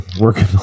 working